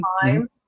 time